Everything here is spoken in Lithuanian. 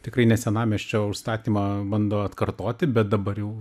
tikrai ne senamiesčio užstatymą bando atkartoti bet dabar jau